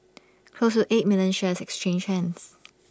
close to eight million shares exchanged hands